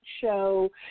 show